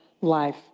life